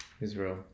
Israel